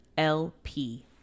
LP